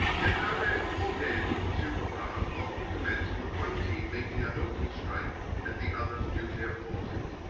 yet nowadays the war games of the superpowers often commence with one team making a hopeful strike at the other's nuclear forces.